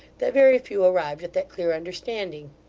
that very few arrived at that clear understanding.